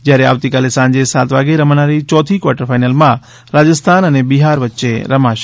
જ્યારે આવતીકાલે સાંજે સાત વાગે રમાનારી ચોથી ક્વાર્ટર ફાઇનલમાં રાજસ્થાન અને બિહાર વચ્ચે રમાશે